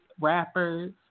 rappers